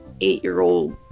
eight-year-old